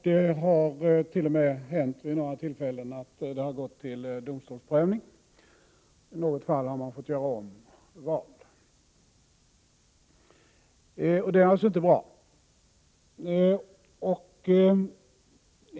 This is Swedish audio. Det har t.o.m. vid några tillfällen hänt att det har gått till domstolsprövning. I något fall har man fått göra omval. Det är naturligtvis inte bra.